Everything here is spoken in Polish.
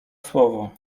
słowo